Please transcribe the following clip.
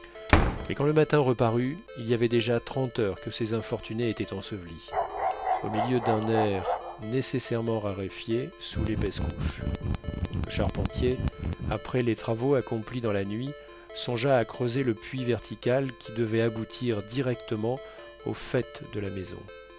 mais quand le matin reparut il y avait déjà trente heures que ces infortunés étaient ensevelis au milieu d'un air nécessairement raréfié sous l'épaisse couche le charpentier après les travaux accomplis dans la nuit songea à creuser le puits vertical qui devait aboutir directement au faîte de la maison